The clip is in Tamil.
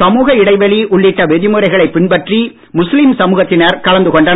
சமூக இடைவெளி உள்ளிட்ட விதிமுறைகளை பின்பற்றி முஸ்லீம் சமூகத்தினர் கலந்து கொண்டனர்